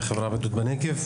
מהחברה הבדואית בנגב,